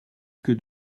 que